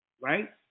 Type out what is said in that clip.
right